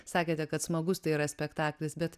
sakėte kad smagus tai yra spektaklis bet